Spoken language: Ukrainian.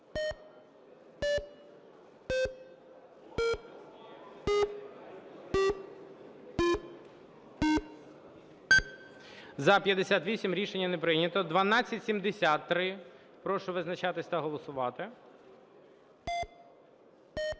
За-58 Рішення не прийнято. 1273. Прошу визначатись та голосувати.